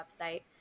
website